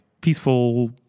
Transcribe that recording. peaceful